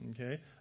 Okay